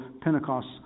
Pentecost